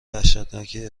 وحشتناکی